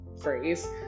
phrase